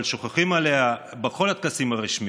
אבל שוכחים ממנה בכל הטקסים הרשמיים,